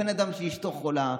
בן אדם שאשתו חולה,